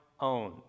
own